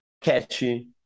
catchy